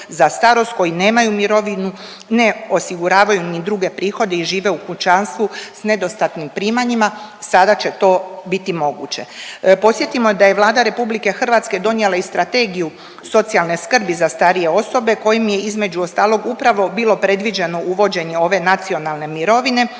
za starost, koji nemaju mirovinu, ne osiguravaju ni druge prihode i žive u kućanstvu s nedostatnim primanjima, sada će to biti moguće. Podsjetimo da je Vlada RH donijela i Strategiju socijalne skrbi za starije osobe kojim je između ostalog upravo bilo predviđeno uvođenje ove nacionalne mirovine